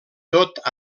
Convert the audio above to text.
tot